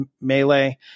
melee